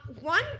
One